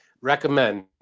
Recommend